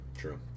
true